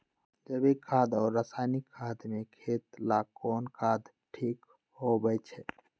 जैविक खाद और रासायनिक खाद में खेत ला कौन खाद ठीक होवैछे?